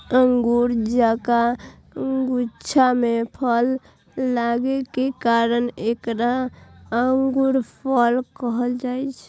अंगूर जकां गुच्छा मे फल लागै के कारण एकरा अंगूरफल कहल जाइ छै